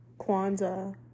Kwanzaa